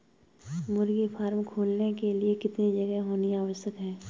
मुर्गी फार्म खोलने के लिए कितनी जगह होनी आवश्यक है?